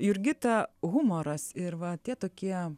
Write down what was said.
jurgita humoras ir va tie tokie